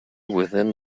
within